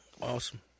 awesome